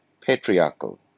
patriarchal